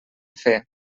fer